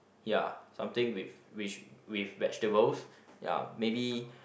ya something with which with vegetables ya maybe